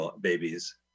babies